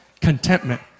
Contentment